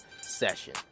session